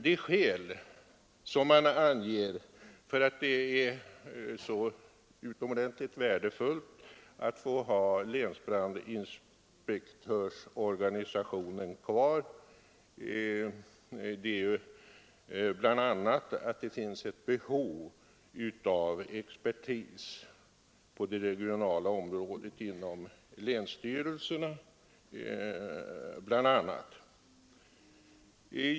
De skäl man anger för att det är så utomordentligt värdefullt att få ha länsbrandinspektörsorganisationen kvar är bl.a. att det finns ett behov av expertis hos länsstyrelserna.